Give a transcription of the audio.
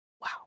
Wow